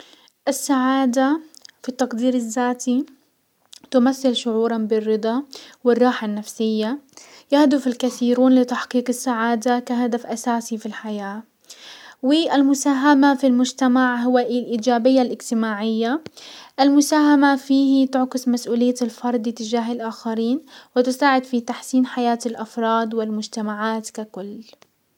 السعادة في التقدير الزاتي تمثل شعورا بالرضا والراحة النفسية. يهدف الكثيرون لتحقيق السعادة كهدف اساسي في الحياة والمساهمة في المجتمع هو الايجابية الاجتماعية، المساهمة فيه تعكس مسؤولية الفرد تجاه الاخرين وتساعد في تحسين حياة الافراد والمجتمعات ككل.